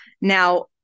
Now